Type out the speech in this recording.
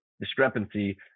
discrepancy